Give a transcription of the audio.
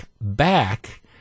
back